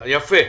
יפה.